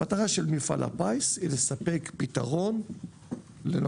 המטרה של מפעל הפיס היא לספק פתרון לאנשים